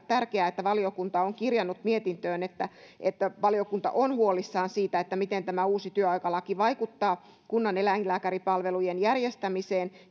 on tärkeää että valiokunta on kirjannut mietintöön että että valiokunta on huolissaan siitä miten tämä uusi työaikalaki vaikuttaa kunnaneläinlääkäripalvelujen järjestämiseen